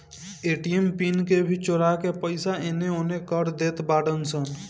ATM PIN के भी चोरा के पईसा एनेओने कर देत बाड़ऽ सन